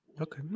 Okay